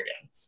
again